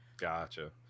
Gotcha